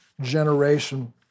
generation